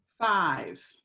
Five